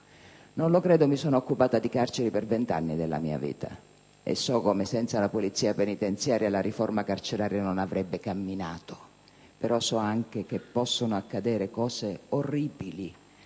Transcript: non lo credo. Mi sono occupata di carceri per vent'anni nella mia vita e so come senza la polizia penitenziaria la riforma carceraria non avrebbe camminato. Però so anche che possono accadere cose orribili